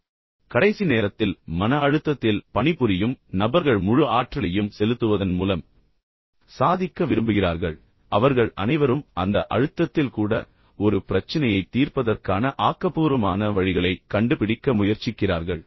பின்னர் கடைசி நேரத்தில் மன அழுத்தத்தில் பணிபுரியும் நபர்கள் உள்ளனர் பின்னர் அவர்கள் தங்கள் முழு ஆற்றலையும் செலுத்துவதன் மூலம் சாதிக்க விரும்புகிறார்கள் ஆனால் அவர்கள் அனைவரும் அந்த அழுத்தத்தில் கூட அந்த அழுத்தத்தில் கூட ஒரு பிரச்சினையைத் தீர்ப்பதற்கான ஆக்கபூர்வமான வழிகளைக் கண்டுபிடிக்க முயற்சிக்கிறார்கள்